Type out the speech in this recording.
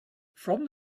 from